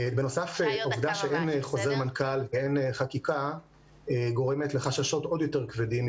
העובדה שאין חוזר מנכ"ל ואין חקיקה גורמת לחששות עוד יותר כבדים,